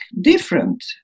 different